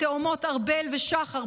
התאומות ארבל ושחר,